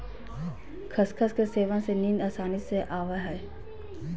खसखस के सेवन से नींद आसानी से आवय हइ